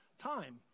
time